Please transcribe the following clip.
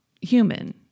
human